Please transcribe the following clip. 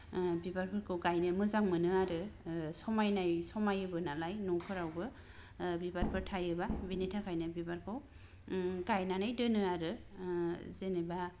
ओ बिबारफोरखौ गायनो मोजां मोनो आरो ओ समायनायै समायोबो नालाय न' फोरावबो ओ बिबारफोर थायोबा बिनि थाखायनो बिबारखौ ओम गायनानै दोनो आरो ओ जेनेबा